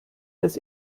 das